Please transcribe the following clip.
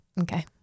Okay